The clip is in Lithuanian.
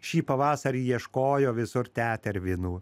šį pavasarį ieškojo visur tetervinų